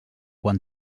quan